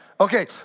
Okay